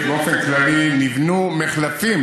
אם יבנו מחלפים,